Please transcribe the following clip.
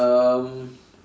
um